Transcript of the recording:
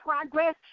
progress